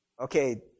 okay